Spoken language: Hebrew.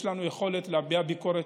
יש לנו יכולת להביע ביקורת,